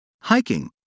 hiking